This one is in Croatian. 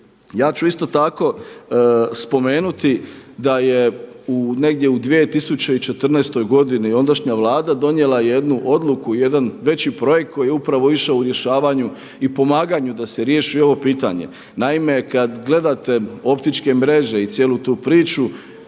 Ja ću isto tako spomenuti da je negdje u 2014. godini ondašnja Vlada donijela jednu odluku, jedan veći projekt koji je upravo išao u rješavanju i pomaganju da se riješi ovo pitanje. Naime, kad gledate optičke mreže i cijelu tu priču